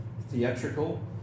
theatrical